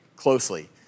closely